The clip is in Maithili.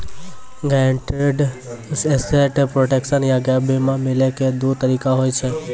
गायरंटीड एसेट प्रोटेक्शन या गैप बीमा मिलै के दु तरीका होय छै